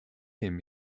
him